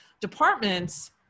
departments